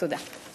תודה.